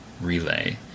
relay